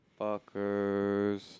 fuckers